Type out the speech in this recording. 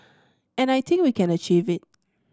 and I think we can achieve it